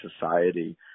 society